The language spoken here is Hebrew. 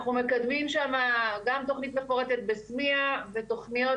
אנחנו מקדמים שם גם תכנית מפורטת בסמיע ותוכניות